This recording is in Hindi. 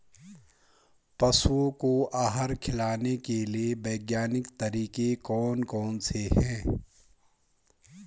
पशुओं को आहार खिलाने के लिए वैज्ञानिक तरीके कौन कौन से हैं?